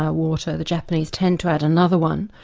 ah water, the japanese tend to add another one,